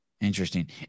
Interesting